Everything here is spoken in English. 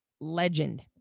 legend